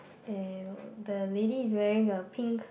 there were the lady is wearing a pink